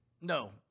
no